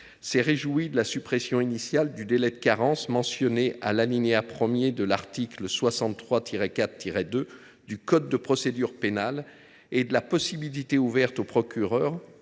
s’est réjoui tant de la suppression initiale du délai de carence, mentionné à l’alinéa 1 de l’article 63 4 2 du code de procédure pénale, que de la possibilité ouverte au procureur